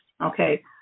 okay